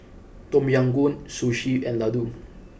Tom Yam Goong Sushi and Ladoo